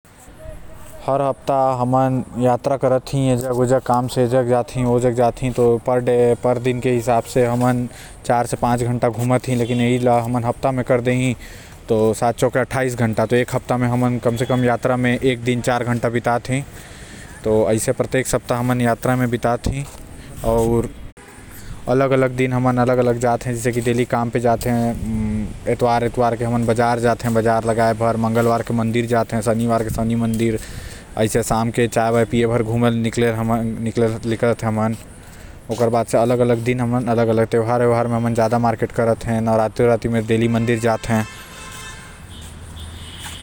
घूमे ल पढ़ते जैसे हर हफ्ता हमन ला जाए के पढ़ते ए जग ओ जग आऊ ए हिसाब से बोलूं तो चार से पांच घंटा घूमने म निकल जायल। ए हिसाब से हफ्ता मे अठाईस घंटा।